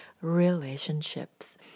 relationships